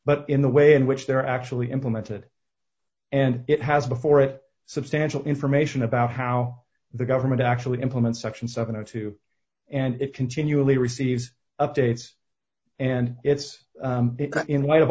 but in the way in which they're actually implemented and it has before it substantial information about how the government actually implement section seven or two and it continually receives updates and it's in light of